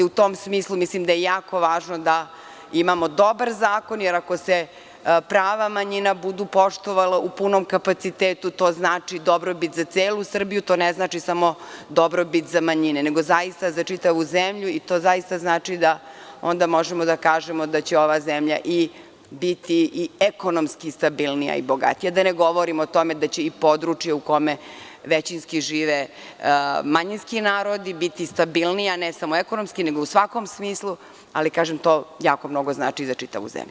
U tom smislu mislim da je jako važno da imamo dobar zakon, jer ako se prava manjina budu poštovala u punom kapacitetu to znači dobrobit za celu Srbiju, to ne znači samo dobrobit za manjine, nego zaista za čitavu zemlju i to zaista znači da onda možemo da kažemo da će ova zemlja biti i ekonomski stabilnija i bogatija, a da ne govorim i o tome da će područja u kojima većinski žive manjinski narodi biti stabilnija, ne samo ekonomski nego u svakom smislu, ali to jako puno znači za čitavu zemlju.